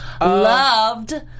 loved